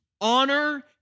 honor